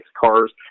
cars